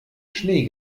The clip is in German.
schnee